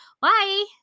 Bye